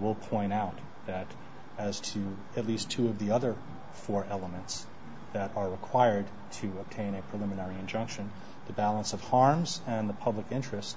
will point out that as to at least two of the other four elements that are required to obtain a preliminary injunction the balance of harms and the public interest